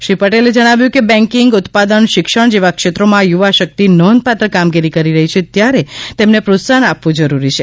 શ્રી પટેલે જણાવ્યું કે બેંકિંગ ઉત્પાદન શિક્ષણ જેવા ક્ષેત્રોમાં યુવાશક્તિ નોંધપાત્ર કામગીરી કરી રહી છે ત્યારે તેમને પ્રોત્સાહન આપવું જરૂરી છે